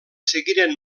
seguiren